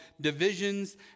divisions